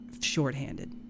shorthanded